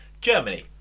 Germany